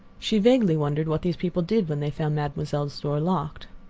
she vaguely wondered what these people did when they found mademoiselle's door locked.